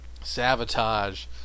sabotage